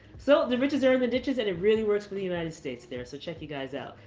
so the riches are in the niches and it really works for the united states there. so check you guys out.